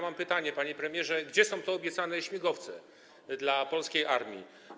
Mam pytanie, panie premierze: Gdzie są te obiecane śmigłowce dla polskiej armii?